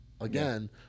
again